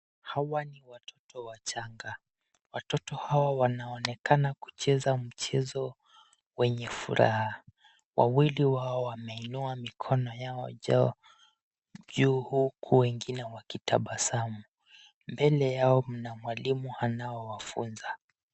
Hawa ni watoto wachanga. Watoto hawa wanaonekana kucheza mchezo wenye furaha. Wawili wao wameinua mikono yao juu huku wengine wakitabasamu. Mbele yao mna mwalimu ayewafunza.